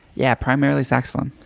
yeah, primarily saxophone.